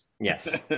Yes